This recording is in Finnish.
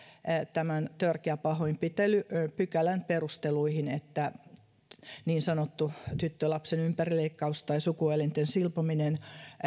tämän törkeä pahoinpitely pykälän perusteluihin että niin sanottu tyttölapsen ympärileikkaus tai sukuelinten silpominen